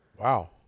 Wow